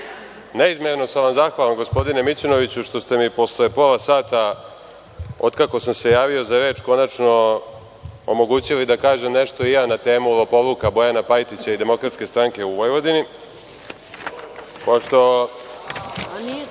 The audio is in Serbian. Neizmerno sam vam zahvalan, gospodine Mićunoviću, što ste mi posle pola sata od kako sam se javio za reč konačno omogućili da kažem nešto i ja na temu lopovluka Bojana Pajtića i DS u Vojvodini. Pošto